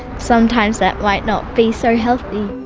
sometimes that might not be so healthy.